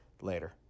Later